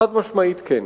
חד-משמעית כן.